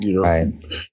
Right